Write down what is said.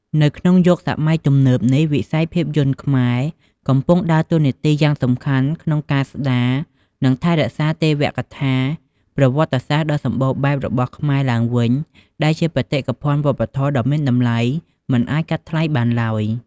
នៅក្នុងយុគសម័យទំនើបនេះ វិស័យភាពយន្តខ្មែរកំពុងដើរតួនាទីយ៉ាងសំខាន់ក្នុងការស្ដារ និងថែរក្សាទេវកថាប្រវត្តិសាស្ត្រដ៏សម្បូរបែបរបស់ខ្លួនឡើងវិញ ដែលជាបេតិកភណ្ឌវប្បធម៌ដ៏មានតម្លៃមិនអាចកាត់ថ្លៃបានឡើយ។